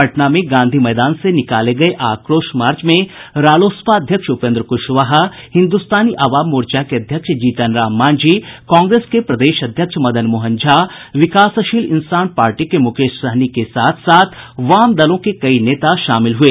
पटना में गांधी मैदान से निकाले गये आक्रोश मार्च में रालोसपा अध्यक्ष उपेन्द्र कुशवाहा हिन्दुस्तानी अवाम मोर्चा के अध्यक्ष जीतन राम मांझी कांग्रेस के प्रदेश अध्यक्ष मदन मोहन झा विकासशील इंसान पार्टी के मुकेश सहनी के साथ साथ वाम दलों के कई नेता शामिल हुए